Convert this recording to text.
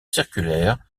circulaire